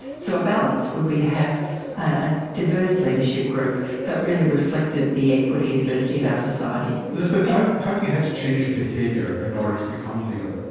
so a balance would be to have a diverse leadership group that really reflected the equity and diversity of our society. elizabeth, how have you had to change your behaviour in order to become a leader?